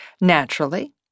Naturally